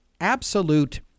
absolute